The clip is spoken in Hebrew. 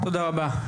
תודה רבה.